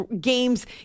games